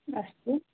अस्तु